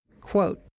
Quote